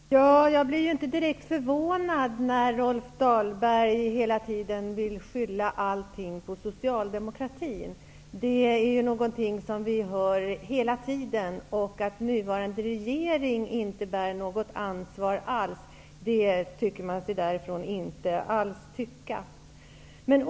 Fru talman! Jag blir inte direkt förvånad när Rolf Dahlberg hela tiden skyller allt på socialdemokratin. Det är någonting som vi hela tiden får höra. Däremot tycker man inte att den nuvarande regeringen bär något ansvar alls.